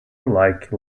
like